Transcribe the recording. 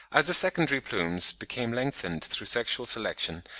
as the secondary plumes became lengthened through sexual selection,